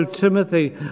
Timothy